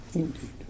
indeed